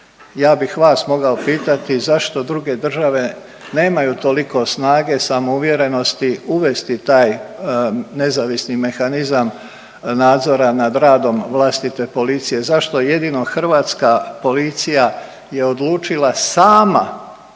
Ja bih vas mogao pitati zašto druge države nemaju toliko snage, samouvjerenosti uvesti taj nezavisni mehanizam nadzora nad radom vlastite policije, zašto jedino Hrvatska policija je odlučila sama